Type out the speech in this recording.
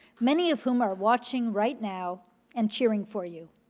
many of whom are watching right now and cheering for you.